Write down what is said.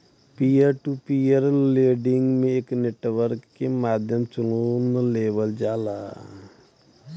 peer to peer lending में एक network के माध्यम से लोन लेवल जाला